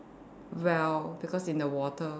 well because in the water